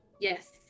Yes